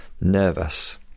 nervous